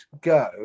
go